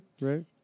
right